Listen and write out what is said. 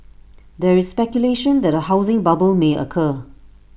there is speculation that A housing bubble may occur